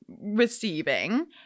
receiving